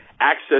Access